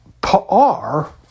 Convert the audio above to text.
Pa'ar